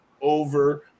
over